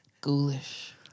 Ghoulish